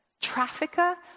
trafficker